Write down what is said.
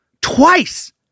Twice